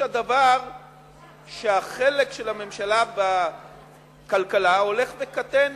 הדבר שהחלק של הממשלה בכלכלה הולך וקטן